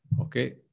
Okay